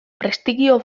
prestigio